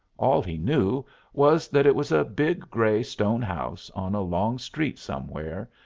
all he knew was that it was a big gray stone house on a long street somewhere,